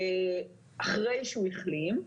אחרי שהוא החלים,